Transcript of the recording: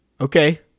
Okay